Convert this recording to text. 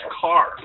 car